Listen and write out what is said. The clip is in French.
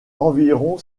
environ